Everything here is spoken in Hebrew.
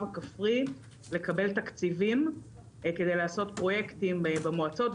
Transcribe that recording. הכפרי לקבל תקציבים כדי לעשות פרויקטים במועצות,